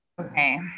Okay